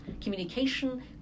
communication